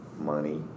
money